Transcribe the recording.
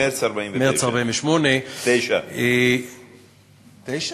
מרס 1949. מרס 1948, 9. 9?